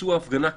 ביצוע הפגנה כדין,